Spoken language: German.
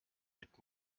mit